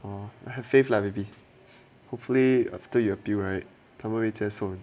!wah! I have faith lah baby hopefully after you appeal right 他们会接受你